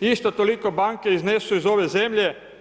Isto toliko banke iznesu iz ove zemlje.